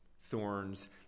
Thorns